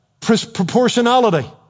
proportionality